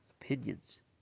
opinions